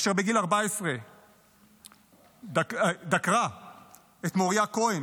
אשר בגיל 14 דקרה את מוריה כהן,